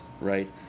right